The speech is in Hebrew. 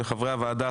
לחברי הוועדה,